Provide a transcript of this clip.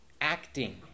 acting